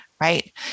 right